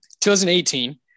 2018